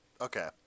Okay